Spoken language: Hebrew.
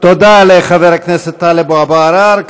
תודה לחבר הכנסת טלב אבו עראר.